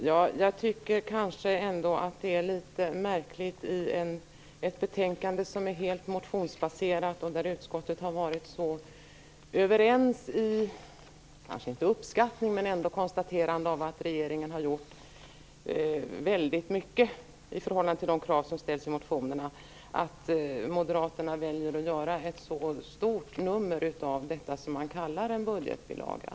Herr talman! Det här är ett betänkande som är helt motionsbaserat, och utskottet har varit överens när man har konstaterat att regeringen har gjort väldigt mycket i förhållande till de krav som ställs i motionerna. Det är litet märkligt att Moderaterna då väljer att göra ett så stort nummer av det som man kallar en budgetbilaga.